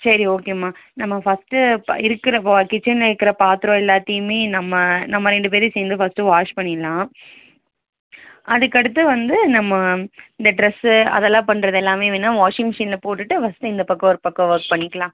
சரி ஓகேம்மா நம்ம ஃபர்ஸ்ட்டு இருக்கிற இப்போ கிச்சனில் இருக்கிற பாத்திரம் எல்லாத்தையுமே நம்ம நம்ம ரெண்டு பேரும் சேர்ந்து ஃபர்ஸ்ட்டு வாஷ் பண்ணிவிடலாம் அதுக்கு அடுத்து வந்து நம்ம இந்த ட்ரெஸ்ஸு அதெல்லாம் பண்ணுறது எல்லாமே வேணா வாஷிங்கை மிஷினில் போட்டுவிட்டு ஃபர்ஸ்ட்டு இந்த பக்கம் ஒரு பக்கம் ஒர்க் பண்ணிக்கலாம்